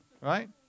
right